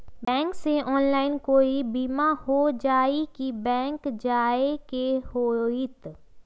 Bank से online कोई बिमा हो जाई कि बैंक जाए के होई त?